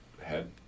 head